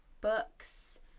books